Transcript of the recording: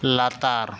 ᱞᱟᱛᱟᱨ